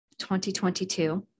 2022